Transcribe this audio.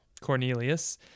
cornelius